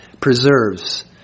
preserves